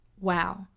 wow